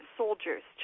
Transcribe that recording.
soldiers